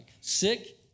Sick